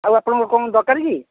ଆଉ ଆପଣଙ୍କର କ'ଣ ଦରକାର କି